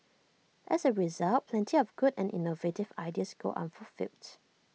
as A result plenty of good and innovative ideas go unfulfilled